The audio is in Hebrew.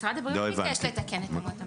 משרד הבריאות ביקש לתקן את אמות המידה.